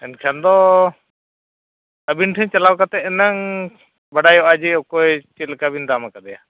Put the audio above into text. ᱮᱱᱠᱷᱟᱱ ᱫᱚ ᱟᱹᱵᱤᱱ ᱴᱷᱮᱱ ᱪᱟᱞᱟᱣ ᱠᱟᱛᱮᱫ ᱦᱩᱱᱟᱹᱝ ᱵᱟᱰᱟᱭᱚᱜᱼᱟ ᱡᱮ ᱚᱠᱚᱭ ᱪᱮᱫ ᱞᱮᱠᱟᱵᱤᱱ ᱫᱟᱢ ᱟᱠᱟᱫᱮᱭᱟ